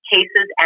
cases